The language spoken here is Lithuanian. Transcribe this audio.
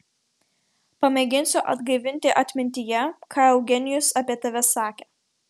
pamėginsiu atgaivinti atmintyje ką eugenijus apie tave sakė